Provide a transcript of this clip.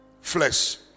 flesh